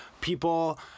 people